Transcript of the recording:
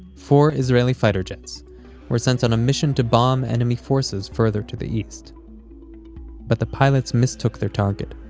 four israeli fighter jets were sent on a mission to bomb enemy forces further to the east but the pilots mistook their target,